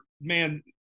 man